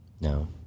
No